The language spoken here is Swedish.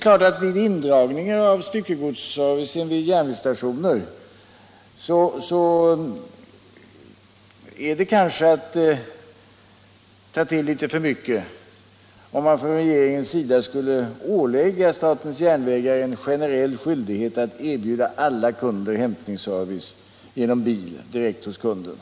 När det gäller indragningar av styckegodstrafiken vid järnvägsstationer vore det kanske att ta till litet för mycket om man från regeringens sida skulle ålägga statens järnvägar en generell skyldighet att erbjuda alla kunder hämtningsservice med bil direkt hos kunden.